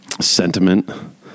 sentiment